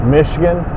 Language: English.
Michigan